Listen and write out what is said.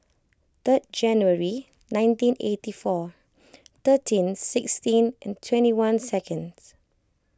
third January nineteen eighty four thirteen sixteen and twenty one seconds